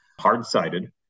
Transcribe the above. hard-sided